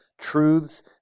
truths